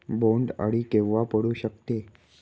बोंड अळी केव्हा पडू शकते?